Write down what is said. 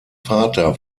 vater